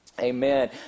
Amen